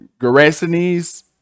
Gerasenes